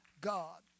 God